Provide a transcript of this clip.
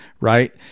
right